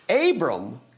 Abram